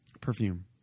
perfume